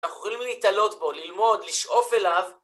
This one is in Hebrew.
אנחנו יכולים להתלות בו, ללמוד, לשאוף אליו.